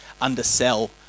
undersell